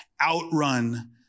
outrun